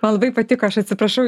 man labai patiko aš atsiprašau